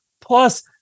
Plus